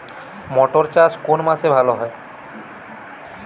মটর চাষ কোন মাসে ভালো হয়?